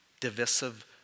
Divisive